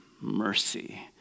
mercy